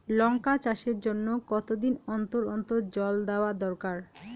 লঙ্কা চাষের জন্যে কতদিন অন্তর অন্তর জল দেওয়া দরকার?